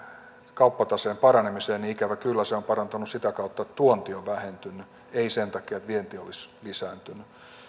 kauppataseen paranemiseen niin ikävä kyllä se on parantunut sitä kautta että tuonti on vähentynyt ei sen takia että vienti olisi lisääntynyt tämä